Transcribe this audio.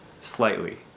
slightly